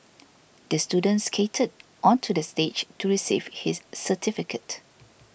the student skated onto the stage to receive his certificate